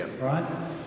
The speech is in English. right